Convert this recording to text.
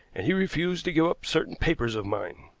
and he refused to give up certain papers of mine.